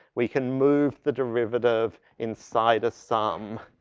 we can move the derivative inside a sum.